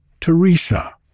Teresa